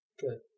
Good